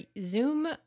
Zoom